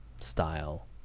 style